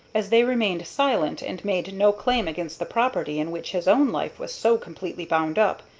as they remained silent, and made no claim against the property in which his own life was so completely bound up,